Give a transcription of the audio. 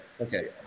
Okay